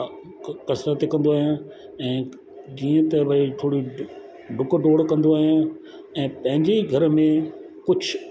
कसरत कंदो आहियां ऐं जीअं त भाई थोरी ॾुक ॾोण कंदो आहियां ऐं पंहिंजे ई घर में कुझु